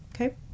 Okay